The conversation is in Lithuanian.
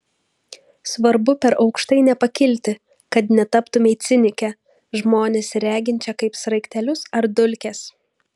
svarbu per aukštai nepakilti kad netaptumei cinike žmones reginčia kaip sraigtelius ar dulkes